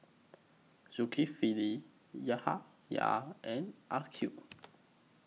Zulkifli Yahaya and Aqil